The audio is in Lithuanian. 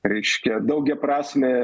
reiškia daugiaprasmė